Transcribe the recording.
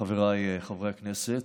חבריי חברי הכנסת,